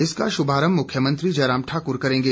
इसका शुभारंभ मुख्यमंत्री जयराम ठाकुर करेंगे